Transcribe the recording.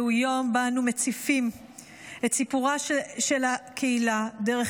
זהו יום שבו אנו מציפים את סיפורה של הקהילה, דרך